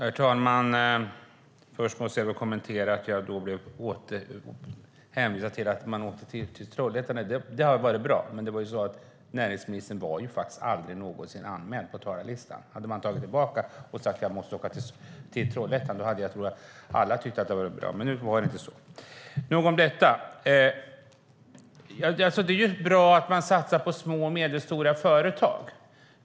Herr talman! Först måste jag kommentera hänvisningen till att man åkte till Trollhättan. Det var bra, men näringsministern var aldrig anmäld på talarlistan. Hade en sådan anmälan tagits tillbaka och det hade sagts att hon måste åka till Trollhättan hade nog alla tyckt att det var bra. Men nu var det inte så - nog om detta. Det är bra att man satsar på små och medelstora företag.